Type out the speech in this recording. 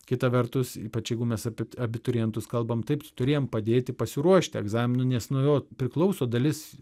kita vertus ypač jeigu mes apie abiturientus kalbam taip tu turi jiem padėti pasiruošti egzaminui nes nuo jo priklauso dalis